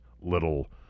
little